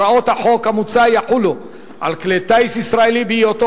הוראות החוק המוצע יחולו על כלי טיס ישראלי בהיותו